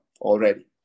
already